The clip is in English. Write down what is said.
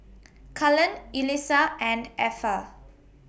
Cullen Yulissa and Effa